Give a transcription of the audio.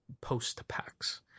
post-packs